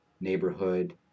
neighborhood